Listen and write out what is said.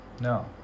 No